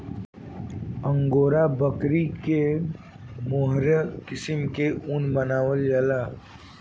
angora बकरी से mohair किसिम के ऊन बनावल जाला